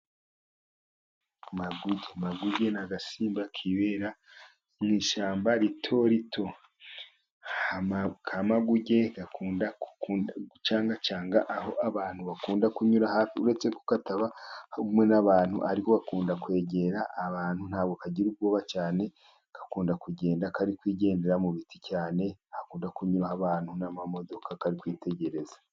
Maguge, maguge ni agasimba kibera mu ishyamba rito rito. Ka maguge gakunda gucangacanga aho abantu bakunda kunyura, uretse ko kataba hamwe n'abantu, ariko gakunda kwegera abantu ntabwo kagira ubwoba cyane. Gakunda kugenda kari kwigendera mu biti, cyane ahakunda kunyuraho abantu n'amamodoka kari kwitegereza.